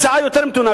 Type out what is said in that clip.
הצעה יותר מתונה,